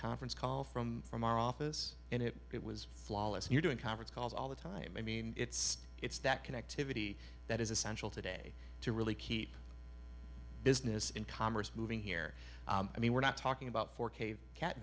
conference call from from our office and it it was flawless you're doing conference calls all the time i mean it's it's that connectivity that is essential today to really keep business in commerce moving here i mean we're not talking about for cave cat